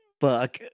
fuck